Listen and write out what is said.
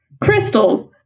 crystals